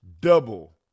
Double